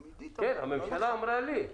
כן, הממשלה אמרה לי.